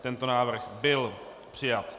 Tento návrh byl přijat.